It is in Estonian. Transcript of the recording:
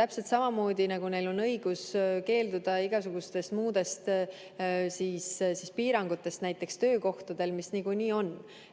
täpselt samamoodi, nagu neil on õigus keelduda igasugustest muudest piirangutest näiteks töökohtadel, mis niikuinii